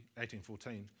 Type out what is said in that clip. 1814